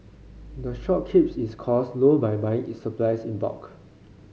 the shop keeps its cost low by buying it supplies in bulk